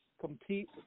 compete